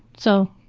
so,